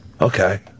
Okay